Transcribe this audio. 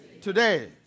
Today